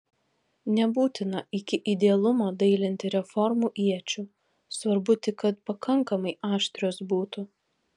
nebūtina iki idealumo dailinti reformų iečių svarbu tik kad pakankamai aštrios būtų